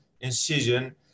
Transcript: incision